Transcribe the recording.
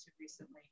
recently